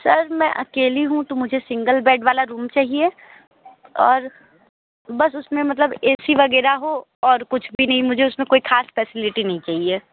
sir मैं अकेली हूँ तो मुझे सिंगल बेड वाला रूम चाहिए और बस उस में मतलब ए सी वग़ैरह हो और कुछ भी नहीं मुझे उस में कोई ख़ास फैसलिटी नहीं चाहिए